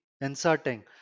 inserting